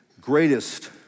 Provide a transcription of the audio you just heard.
greatest